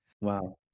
Wow